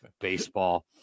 Baseball